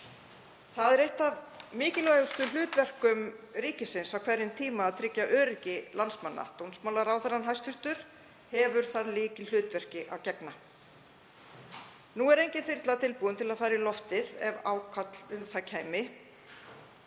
Það er eitt af mikilvægustu hlutverkum ríkisins á hverjum tíma að tryggja öryggi landsmanna. Hæstv. dómsmálaráðherra hefur þar lykilhlutverki að gegna. Nú er engin þyrla tilbúin til að fara í loftið ef kall um það kæmi.